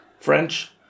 French